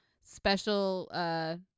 special